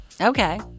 Okay